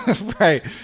Right